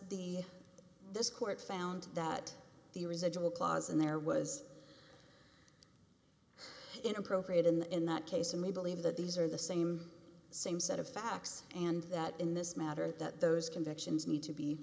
the this court found that the residual clause in there was inappropriate in the in that case and we believe that these are the same same set of facts and that in this matter that those convictions need to be